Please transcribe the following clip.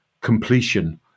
completion